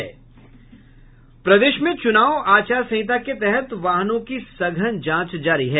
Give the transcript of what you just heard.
प्रदेश में चूनाव आचार संहिता के तहत वाहनों की सघन जांच जारी है